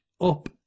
Up